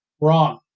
Wrong